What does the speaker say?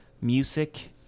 music